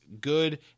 good